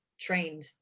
trained